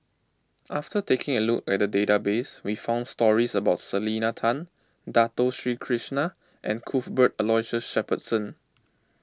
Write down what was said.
after taking a look at the database we found stories about Selena Tan Dato Sri Krishna and Cuthbert Aloysius Shepherdson